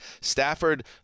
Stafford